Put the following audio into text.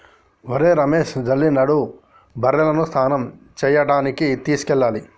ఒరేయ్ రమేష్ జల్ది నడు బర్రెలను స్నానం చేయించడానికి తీసుకెళ్లాలి